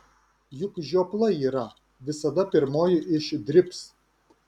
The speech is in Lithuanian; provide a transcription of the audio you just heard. juk žiopla yra visada pirmoji išdribs